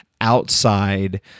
outside